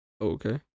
Okay